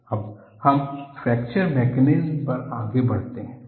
fracture mechanism अब हम fracture mechanisms पर आगे बढ़ते हैं